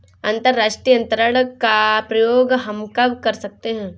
अंतर्राष्ट्रीय अंतरण का प्रयोग हम कब कर सकते हैं?